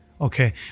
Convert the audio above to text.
Okay